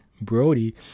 brody